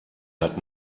hat